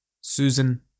Susan